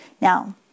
Now